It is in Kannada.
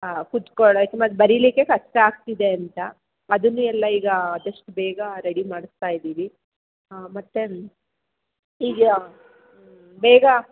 ಹಾಂ ಕೂತ್ಕೊಳ್ಳೋಕ್ಕೆ ಮತ್ತೆ ಬರಿಲಿಕ್ಕೆ ಕಷ್ಟ ಆಗ್ತಿದೆ ಅಂತ ಅದನ್ನು ಎಲ್ಲ ಈಗ ಆದಷ್ಟು ಬೇಗ ರೆಡಿ ಮಾಡ್ತಾ ಇದ್ದೀವಿ ಹಾಂ ಮತ್ತೇನು ಈಗ ಹ್ಞೂ ಬೇಗ